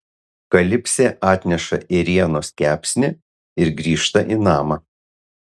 kalipsė atneša ėrienos kepsnį ir grįžta į namą